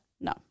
No